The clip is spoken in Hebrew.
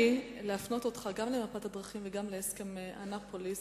הרשה לי להפנות אותך גם למפת הדרכים וגם להסכם אנאפוליס.